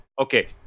okay